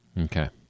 Okay